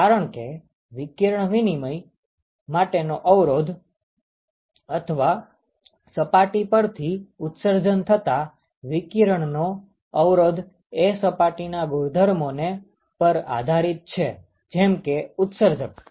કારણ કે વિકિરણ વિનિમય માટેનો અવરોધ અથવા સપાટી પરથી ઉત્સર્જન થતા વિકિરણનો અવરોધ એ સપાટીના ગુણધર્મો પર આધારીત છે જેમ કે ઉત્સર્જકતા